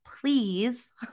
please